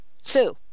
Sue